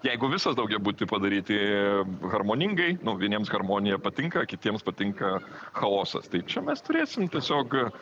jeigu visą daugiabutį padaryti harmoningai nu vieniems harmonija patinka kitiems patinka chaosas tai čia mes turėsim tiesiog